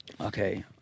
okay